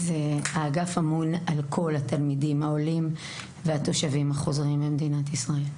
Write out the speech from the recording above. האגף אמון על כל התלמידים העולים והתושבים החוזרים למדינת ישראל.